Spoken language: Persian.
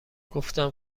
گفتم